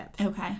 Okay